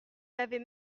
l’avez